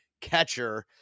catcher